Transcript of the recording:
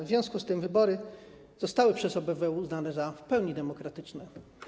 W związku z tym wybory zostały przez OBWE uznane za w pełni demokratyczne.